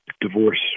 divorce